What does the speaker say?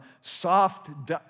soft